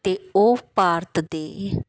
ਅਤੇ ਉਹ ਭਾਰਤ ਦੇ